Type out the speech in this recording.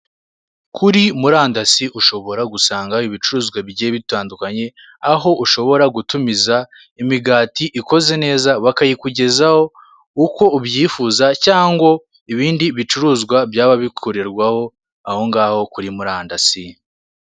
Kuri murandasi ushobora gusanga ibicuruzwa bigiye bitandukanye, aho ushobora gutumiza imigati ikoze neza bakayikugezaho uko ubyifuza cyango ibindi bicuruzwa byaba bikorerwaho aho ngaho kuri murandasi.